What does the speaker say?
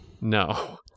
No